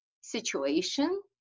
situation